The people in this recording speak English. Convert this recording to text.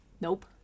Nope